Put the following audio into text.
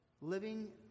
living